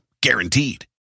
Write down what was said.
Guaranteed